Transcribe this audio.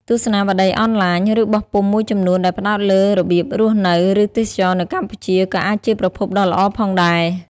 ទស្សនាវដ្តីអនឡាញ ឬបោះពុម្ពមួយចំនួនដែលផ្តោតលើរបៀបរស់នៅ ឬទេសចរណ៍នៅកម្ពុជា ក៏អាចជាប្រភពដ៏ល្អផងដែរ។